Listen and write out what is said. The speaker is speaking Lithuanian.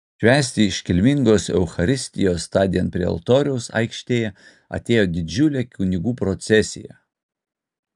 švęsti iškilmingos eucharistijos tądien prie altoriaus aikštėje atėjo didžiulė kunigų procesija